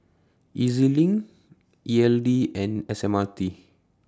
E Z LINK E L D and S M R T